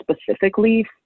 specifically